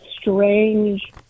strange